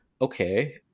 okay